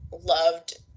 loved –